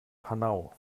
panau